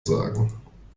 sagen